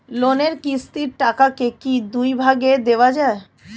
লোনের কিস্তির টাকাকে কি দুই ভাগে দেওয়া যায়?